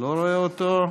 לא רואה אותו,